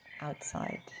outside